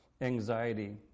anxiety